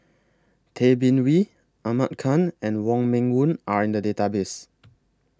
Tay Bin Wee Ahmad Khan and Wong Meng Voon Are in The Database